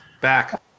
Back